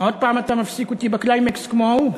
עוד הפעם אתה מפסיק אותי בקליימקס, כמו ההוא?